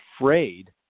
afraid